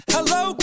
Hello